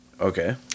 Okay